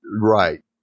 Right